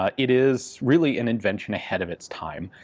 ah it is really an invention ahead of its time.